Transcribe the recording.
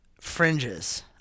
fringes